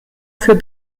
für